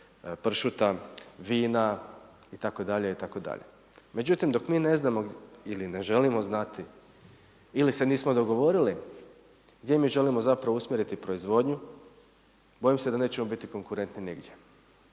pršuta, vina itd. Međutim, dok me ne znamo ili ne želimo znati ili se nismo dogovorili gdje mi želimo zapravo usmjeriti proizvodnju bojim se da nećemo biti konkurentni nigdje,